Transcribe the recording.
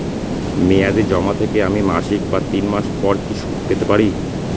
মেয়াদী জমা থেকে আমি মাসিক বা তিন মাস পর কি সুদ পেতে পারি?